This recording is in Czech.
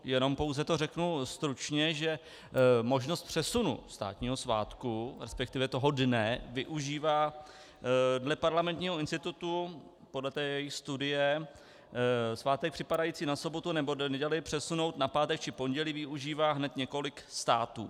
Jenom pouze to řeknu stručně, že možnost přesunu státního svátku, respektive toho dne, využívá dle Parlamentního institutu, podle jejich studie, svátek připadající na sobotu nebo neděli přesunout na pátek či pondělí využívá hned několik států.